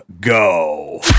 Go